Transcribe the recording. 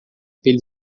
pela